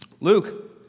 Luke